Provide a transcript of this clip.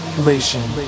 Relation